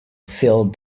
fill